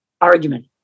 argument